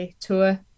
tour